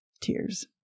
tears